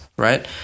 right